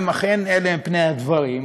אם אכן אלה הם פני הדברים,